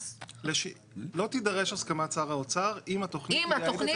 אז --- לא תידרש הסכמת שר האוצר אם התוכנית